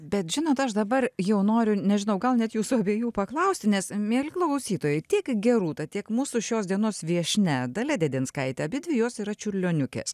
bet žinot aš dabar jau noriu nežinau gal net jūsų abiejų paklausti nes mieli klausytojai tiek gerūta tiek mūsų šios dienos viešnia dalia dėdinskaitė abidvi jos yra čiurlioniukės